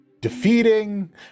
defeating